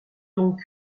donc